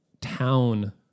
town